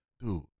Dude